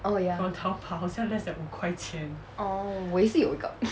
oh ya oh 我也是有一个